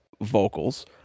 vocals